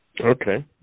Okay